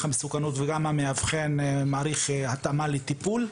המסוכנות וגם המאבחן שמעריך התאמה לטיפול.